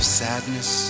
sadness